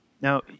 Now